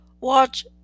Watch